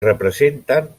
representen